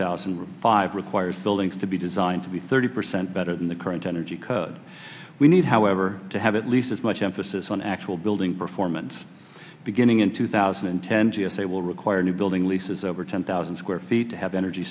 requires buildings to be designed to be thirty percent better than the current energy code we need however to have at least as much emphasis on actual building performance beginning in two thousand and ten g s a will require new building leases over ten thousand square feet to have energy